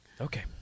okay